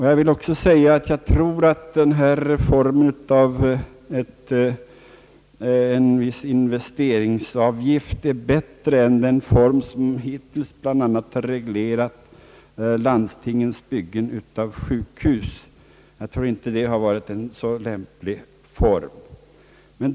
Jag vill också säga att den föreslagna formen av en viss investeringsavgift är bättre än den form i vilken hittills bland annat landstingens byggande av sjukhus har reglerats, en form som jag inte anser har varit så lämplig.